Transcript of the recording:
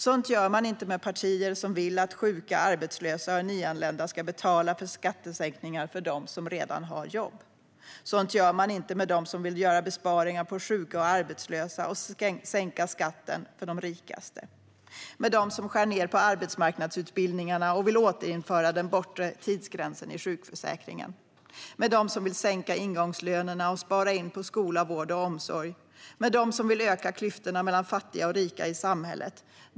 Sådant gör man inte med partier som vill att sjuka, arbetslösa och nyanlända ska betala för skattesänkningar för dem som redan har jobb. Sådant gör man inte med dem som vill göra besparingar på sjuka och arbetslösa och sänka skatten för de rikaste, dem som skär ned på arbetsmarknadsutbildningarna och vill återinföra den bortre tidsgränsen i sjukförsäkringen, dem som vill sänka ingångslönerna och spara in på skola, vård och omsorg och med dem som vill öka klyftorna mellan fattiga och rika i samhället.